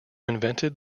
invented